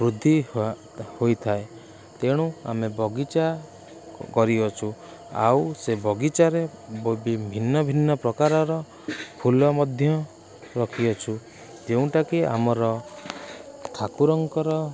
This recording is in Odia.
ବୃଦ୍ଧି ହୋଇଥାଏ ତେଣୁ ଆମେ ବଗିଚା କରିଅଛୁ ଆଉ ସେ ବଗିଚାରେ ଭିନ୍ନ ଭିନ୍ନ ପ୍ରକାରର ଫୁଲ ମଧ୍ୟ ରଖିଅଛୁ ଯେଉଁଟାକି ଆମର ଠାକୁରଙ୍କର